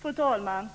Fru talman!